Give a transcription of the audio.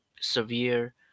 severe